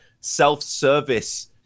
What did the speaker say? self-service